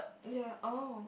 ya oh